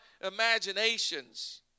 imaginations